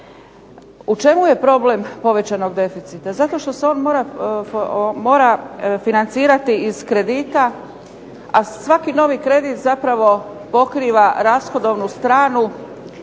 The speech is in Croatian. U čemu je problem povećanog deficita? Zato što se on mora financirati iz kredita, a svaki novi kredit zapravo pokriva rashodovnu stranu